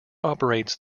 operates